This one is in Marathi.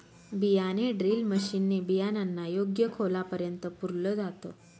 बियाणे ड्रिल मशीन ने बियाणांना योग्य खोलापर्यंत पुरल जात